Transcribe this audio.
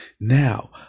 now